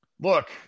Look